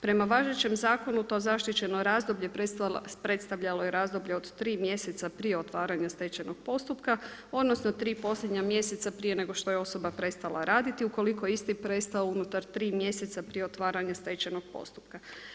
Prema važećem zakonu to zaštićeno razdoblje predstavljalo je razdoblje od tri mjeseca prije otvaranja stečajnog postupka, odnosno tri posljednja mjeseca prije nego što je osoba prestala raditi ukoliko je isti prestao unutar tri mjeseca prije otvaranja stečajnog postupka.